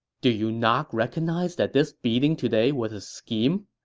do you not recognize that this beating today was a scheme?